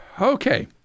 Okay